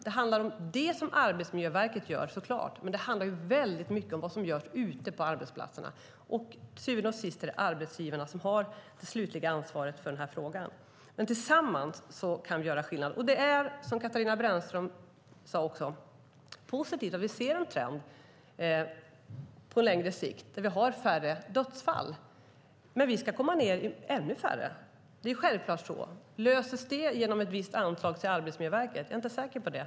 Det handlar såklart om vad Arbetsmiljöverket gör, men det handlar också väldigt mycket om vad som görs ute på arbetsplatser, och till syvende och sist är det arbetsgivarna som har det slutliga ansvaret för den här frågan. Tillsammans kan vi göra skillnad. Som Katarina Brännström också sade är det positivt att vi på längre sikt ser en trend med färre dödsfall. Men vi ska komma ned i ännu färre - självklart är det så. Löses det genom ett visst anslag till Arbetsmiljöverket? Jag är inte säker på det.